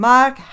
Mark